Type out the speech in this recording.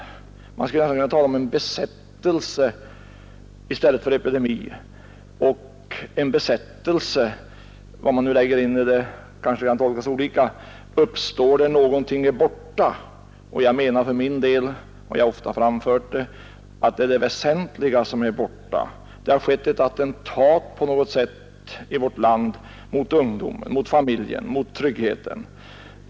Man skulle kunna tala om en besatthet i stället för en epidemi. En besatthet — uttrycket kan kanske tolkas något olika — kan uppstå när någonting är borta. Jag menar för min del — och jag har ofta framhållit det — att det är det väsentliga som är borta. Det har skett ett attentat på något sätt i vårt land mot ungdomen, mot familjen, mot tryggheten.